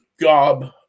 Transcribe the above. gob